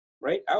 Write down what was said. right